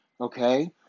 Okay